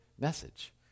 message